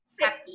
happy